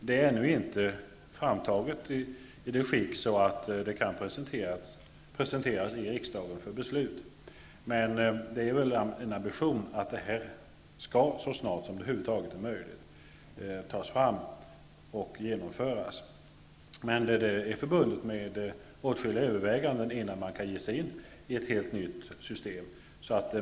Det är ännu inte i sådant skick att det kan presenteras för riksdagen för beslut. Men ambitionen är att ett sådant förslag så snart som det över huvud taget är möjligt skall tas fram och genomföras. Men det är förbundet med åtskilliga överväganden innan man kan ge sig in i ett helt nytt system.